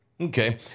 okay